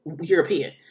European